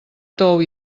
tou